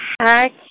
hi